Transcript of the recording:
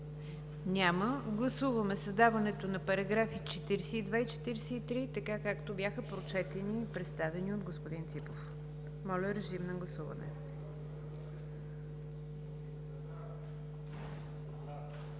Няма. Гласуваме създаването на параграфи 42 и 43, така както бяха прочетени и представени от господин Ципов. Гласували